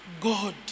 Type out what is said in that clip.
God